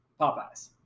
popeyes